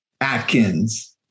Atkins